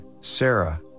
Sarah